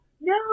No